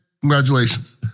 Congratulations